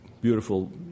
beautiful